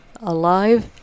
alive